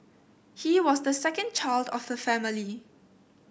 he was the second child of the family